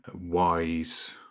wise